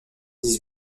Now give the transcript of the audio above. dix